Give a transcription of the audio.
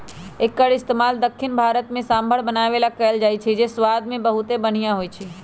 एक्कर इस्तेमाल दख्खिन भारत में सांभर बनावे ला कएल जाई छई जे स्वाद मे बहुते बनिहा होई छई